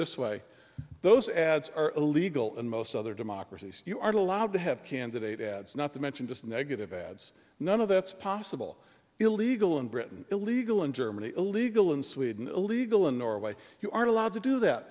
this way those ads are illegal in most other democracies you aren't allowed to have candidate ads not to mention just negative ads none of that's possible illegal in britain illegal in germany illegal in sweden illegal in norway you are allowed to do that